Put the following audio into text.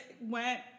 went